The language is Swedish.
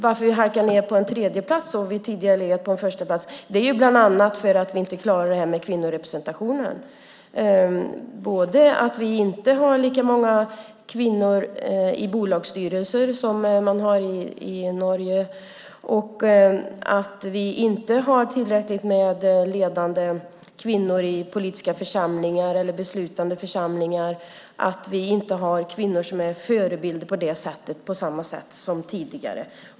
Att vi halkar ned till en tredjeplats från att tidigare ha legat på en förstaplats beror bland annat på att vi inte klarar det här med kvinnorepresentationen. Vi har inte lika många kvinnor i bolagsstyrelser som man har i Norge, och vi har inte tillräckligt med ledande kvinnor i politiska församlingar eller beslutande församlingar. Vi har inte kvinnor som är förebilder på samma sätt som tidigare.